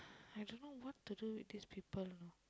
I don't know what to do with these people you know